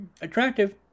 attractive